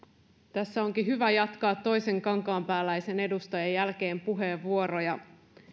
tässä onkin hyvä jatkaa toisen kankaanpääläisen edustajan jälkeen puheenvuoroja